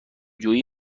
جوئی